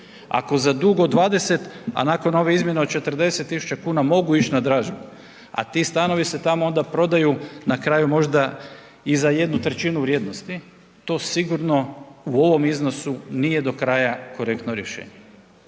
ako za dug od 20, a nakon ove izmjene od 40 tisuća kuna mogu ići na dražbu, a ti stanovi se onda tamo prodaju na kraju možda i za 1/3 vrijednosti, to sigurno u ovom iznosu nije do kraja korektno rješenje.